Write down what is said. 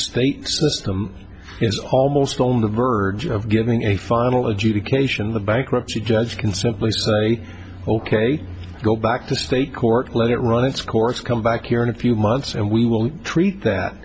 system is almost on the verge of giving a final adjudication the bankruptcy judge can simply say ok go back to state court let it run its course come back here in a few months and we will treat that